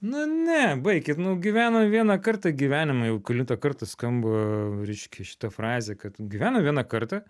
nu ne baikit nu gyvenam vieną kartą gyvenimą jau kelintą kartą skamba reiškia šita frazė kad gyvenam vieną kartą